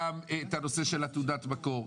גם נושא תעודת המקור.